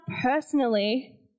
personally